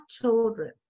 children